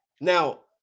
Now